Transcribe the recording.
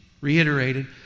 reiterated